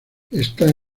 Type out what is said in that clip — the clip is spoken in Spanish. esta